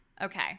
Okay